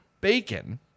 bacon